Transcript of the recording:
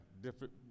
different